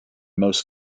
most